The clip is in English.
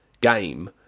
game